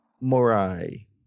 Morai